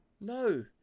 No